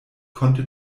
konnte